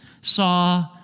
saw